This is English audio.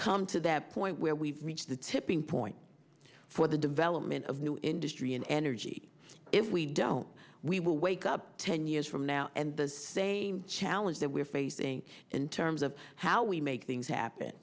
come to that point where we've reached the tipping point for the development of new industry and energy if we don't we will wake up ten years from now and the same challenge that we're facing in terms of how we make things happen